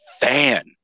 fan